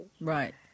right